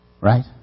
Right